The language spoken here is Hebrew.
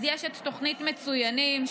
אז יש תוכנית מצוינים,